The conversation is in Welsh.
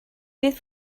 beth